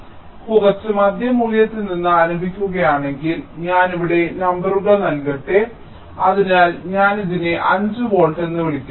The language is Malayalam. നിങ്ങൾ കുറച്ച് മധ്യ മൂല്യത്തിൽ നിന്ന് ആരംഭിക്കുകയാണെങ്കിൽ ഞാൻ ഇവിടെ നമ്പറുകൾ നൽകട്ടെ അതിനാൽ ഞാൻ ഇതിനെ 5 വോൾട്ട് എന്ന് വിളിക്കാം